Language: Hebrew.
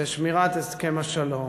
זה שמירת הסכם השלום,